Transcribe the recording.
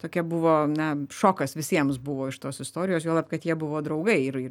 tokia buvo na šokas visiems buvo iš tos istorijos juolab kad jie buvo draugai ir ir